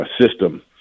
system